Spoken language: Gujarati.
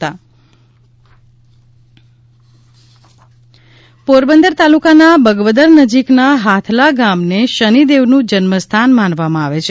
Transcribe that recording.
શનીશ્વરી અમાસ પોરબંદર તાલુકાના બગવદર નજીકના હાથલા ગામ ને શનિદેવનું જન્મ સ્થાન માનવામાં આવે છે